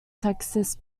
texas